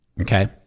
okay